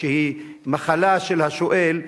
שהיא מחלה של השואל,